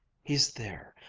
he's there.